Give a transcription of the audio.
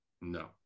No